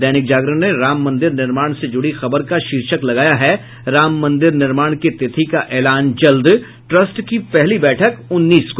दैनिक जागरण ने राम मंदिर निर्माण से जुड़ी खबर का शीर्षक लगाया है राम मंदिर निर्माण की तिथि का ऐलान जल्द ट्रस्ट की पहली बैठक उन्नीस को